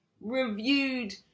reviewed